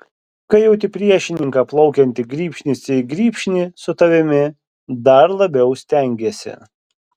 kai jauti priešininką plaukiantį grybšnis į grybšnį su tavimi dar labiau stengiesi